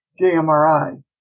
JMRI